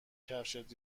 کفشت